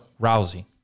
Rousey